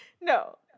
No